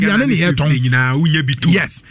Yes